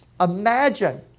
imagine